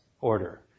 order